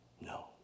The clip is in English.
No